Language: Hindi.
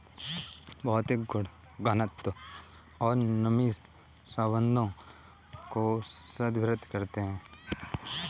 भौतिक गुण घनत्व और नमी संबंधों को संदर्भित करते हैं